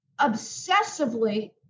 obsessively